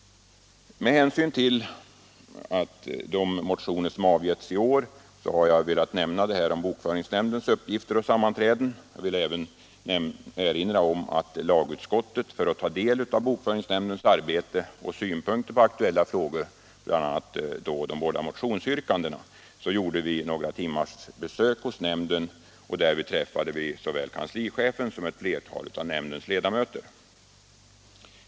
Med hänsyn till de motioner som avgivits i år har jag velat nämna något om bokföringsnämndens uppgifter och sammansättning. Jag vill 77 även erinra om att lagutskottet för att ta del av bokföringsnämndens arbete och synpunkter på aktuella frågor, bl.a. de båda motionsyrkandena, har gjort några timmars besök hos nämnden och därvid träffat såväl kanslichefen som ett flertal av nämndens ledamöter.